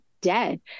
dead